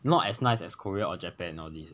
not as nice as korea or japan nowadays